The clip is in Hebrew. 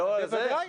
בוודאי.